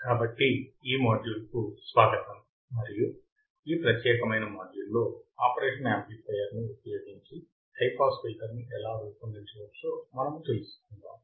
కాబట్టి ఈ మాడ్యూల్కు స్వాగతం మరియు ఈ ప్రత్యేకమైన మాడ్యూల్లో ఆపరేషనల్ యాంప్లిఫయర్ ని ఉపయోగించి హై పాస్ ఫిల్టర్ ని ఎలా రూపొందించవచ్చో మనము తెలుసుకుందాం